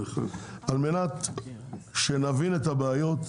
על מנת שנבין את הבעיות,